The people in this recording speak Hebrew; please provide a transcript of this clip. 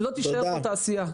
לא תישאר פה תעשייה.